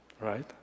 right